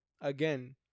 again